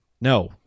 No